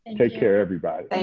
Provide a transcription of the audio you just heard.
take care, everybody.